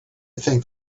think